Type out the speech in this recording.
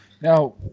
Now